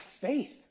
faith